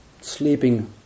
sleeping